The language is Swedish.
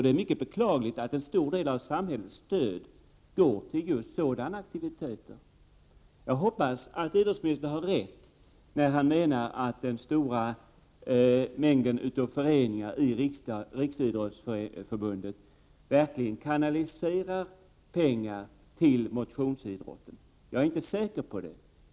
Det är mycket beklagligt att en stor del av samhällets stöd går till just sådana aktiviteter. Jag hoppas att idrottsministern har rätt, när han menar att den stora mängden av föreningar inom riksidrottsförbundet verkligen kanaliserar pengar till motionsidrotten. Jag är inte säker på det.